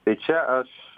tai čia aš